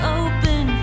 open